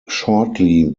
shortly